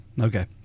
Okay